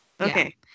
Okay